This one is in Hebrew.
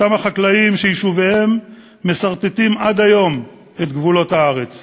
אותם החקלאים שיישוביהם מסרטטים עד היום את גבולות הארץ.